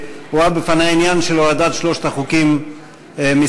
הובא בפני העניין של הורדת שלושת החוקים מסדר-היום